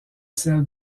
celle